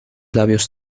labios